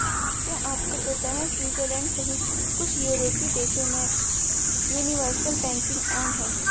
क्या आपको पता है स्विट्जरलैंड सहित कुछ यूरोपीय देशों में यूनिवर्सल बैंकिंग आम है?